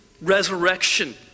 resurrection